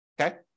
okay